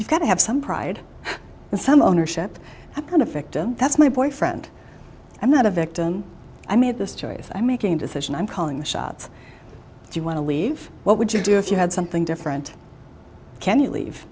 you've got to have some pride and some ownership a kind of victim that's my boyfriend i'm not a victim i made this choice i making decision i'm calling the shots if you want to leave what would you do if you had something different can you leave